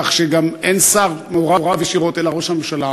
כך שגם אין שר מעורב ישירות אלא ראש הממשלה.